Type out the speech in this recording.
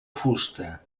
fusta